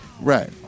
right